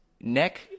neck